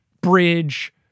bridge